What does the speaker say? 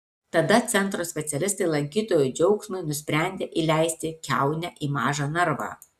tada centro specialistai lankytojų džiaugsmui nusprendė įleisti kiaunę į mažą narvą